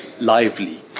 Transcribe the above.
lively